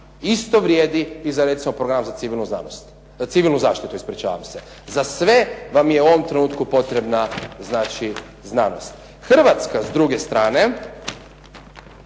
Isto vrijedi i za recimo Program za civilnu znanost, za civilnu zaštitu ispričavam se. Za sve vam je u ovom trenutku potrebna znači znanost. Hrvatska s druge strane